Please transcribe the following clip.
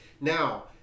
now